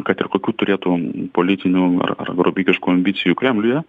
kad ir kokių turėtų politinių ar ar grobikiškų ambicijų kremliuje